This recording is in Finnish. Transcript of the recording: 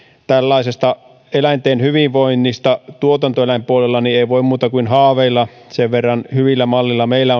tällaisesta eläinten hyvinvoinnista tuotantoeläinpuolella ei voi muuta kuin haaveilla sen verran hyvällä mallilla meillä